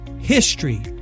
history